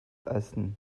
essen